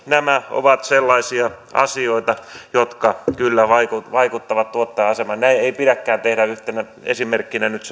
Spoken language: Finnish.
nämä ovat sellaisia asioita jotka kyllä vaikuttavat vaikuttavat tuottajan asemaan näin ei pidäkään tehdä yhtenä esimerkkinä sen nyt